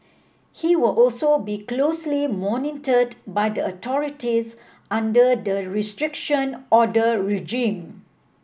he will also be closely monitored by the authorities under the Restriction Order regime